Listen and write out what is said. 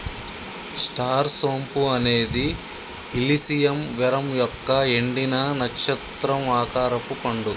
star సోంపు అనేది ఇలిసియం వెరమ్ యొక్క ఎండిన, నక్షత్రం ఆకారపు పండు